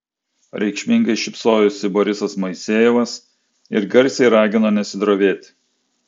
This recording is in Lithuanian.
reikšmingai šypsojosi borisas moisejevas ir garsiai ragino nesidrovėti